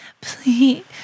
Please